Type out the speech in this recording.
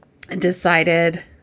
decided